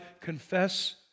Confess